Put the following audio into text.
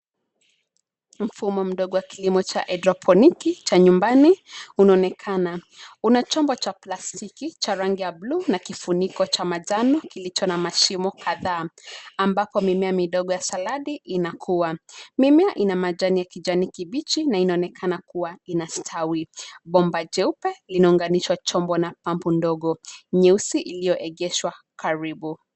Mfumo mdogo wa kilimo cha haidroponiki, cha nyumbani, unaonekana. Una chombo cha plastiki, cha rangi ya bluu na kifuniko cha manjano kilicho na mashimo kadhaa, ambako mimea midogo ya saladi inakuwa. Mimea ina majani ya kijani kibichi na inaonekana kuwa inastawi. Bomba jeupe linaunganishwa chombo na pampu ndogo nyeusi iliyoegeshwa karibu.